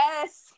Yes